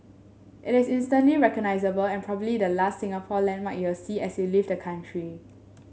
it is instantly recognisable and probably the last Singapore landmark you'll see as you leave the country